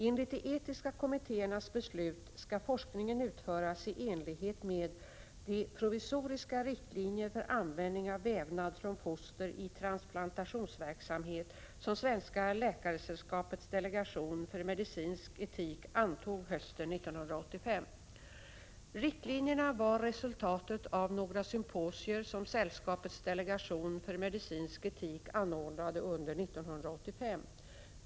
Enligt de etiska kommittéernas beslut skall forskningen utföras i enlighet med de ”Provisoriska riktlinjer för användning av vävnad från foster i transplantationsverksamhet” som Svenska läkaresällskapets delegation för medicinsk etik antog hösten 1985. Riktlinjerna var resultatet av några symposier som sällskapets delegation för medicinsk etik anordnade under 1985.